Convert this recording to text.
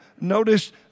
notice